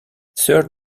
sir